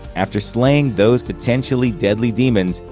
after slaying those potentially deadly demons,